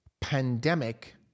pandemic